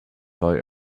boy